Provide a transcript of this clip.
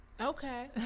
okay